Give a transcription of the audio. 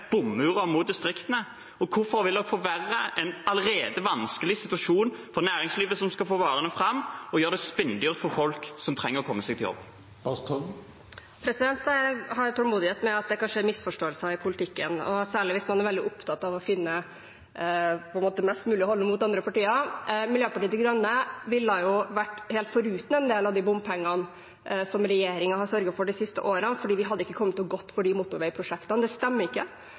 mot distriktene, og hvorfor vil de forverre en allerede vanskelig situasjon for næringslivet, som skal få varene fram, og gjøre det spinndyrt for folk som trenger å komme seg på jobb? Jeg har tålmodighet med at det kanskje er misforståelser i politikken, særlig hvis man er veldig opptatt av å finne mest mulig å holde mot andre partier. Miljøpartiet De Grønne ville vært helt foruten en del av de bompengene som regjeringen har sørget for de siste årene, for vi hadde ikke kommet til å gå for de motorveiprosjektene. Det stemmer ikke